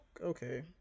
okay